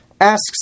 Asks